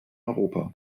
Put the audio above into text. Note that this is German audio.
europa